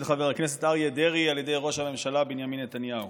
חבר הכנסת אריה דרעי על ידי ראש הממשלה בנימין נתניהו.